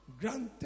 granted